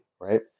right